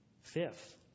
Fifth